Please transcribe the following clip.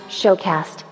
showcast